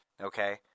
Okay